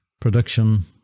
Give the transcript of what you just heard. production